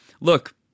look